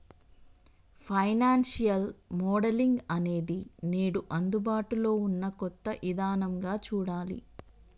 financial modelling అనేది నేడు అందుబాటులో ఉన్న కొత్త ఇదానంగా చూడాలి